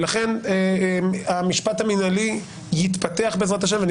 לכן המשפט המינהלי יתפתח בעזרת השם ואני